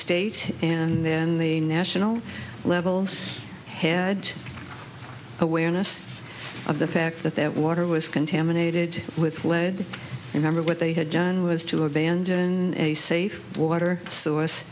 state and then the national levels had awareness of the fact that that water was contaminated with lead remember what they had done was to abandon a safe water source